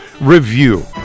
review